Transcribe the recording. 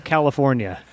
California